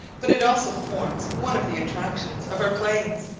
but it also forms one of the attractions of our plains,